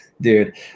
dude